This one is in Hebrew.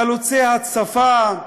חלוצי השפה,